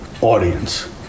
audience